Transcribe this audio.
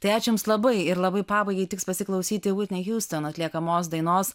tai aš jums labai ir labai pabaigai tiks pasiklausyti vitni hiuston atliekamos dainos